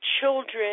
children